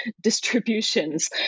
distributions